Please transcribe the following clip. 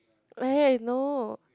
eh no